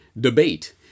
debate